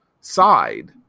side